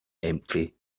empty